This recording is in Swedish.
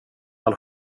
all